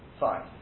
Fine